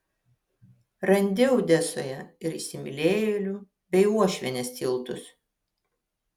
randi odesoje ir įsimylėjėlių bei uošvienės tiltus